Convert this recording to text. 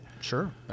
Sure